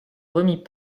remit